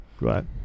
right